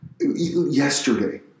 Yesterday